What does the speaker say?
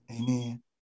Amen